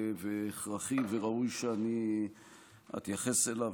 והכרחי וראוי שאני אתייחס אליו.